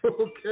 Okay